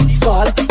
fall